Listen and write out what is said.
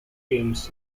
games